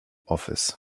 office